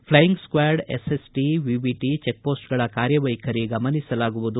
flying squad SST VVT ಚೆಕ್ಮೋಸ್ನಗಳ ಕಾರ್ಯವೈಖರಿ ಗಮನಿಸಲಾಗುವುದು